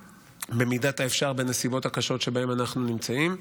במידת האפשר בנסיבות הקשות שבהן אנחנו נמצאים.